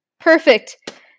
perfect